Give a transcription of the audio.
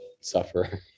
suffer